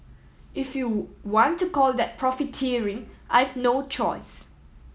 if you want to call that profiteering I've no choice